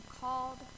called